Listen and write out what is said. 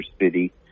city